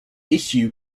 issue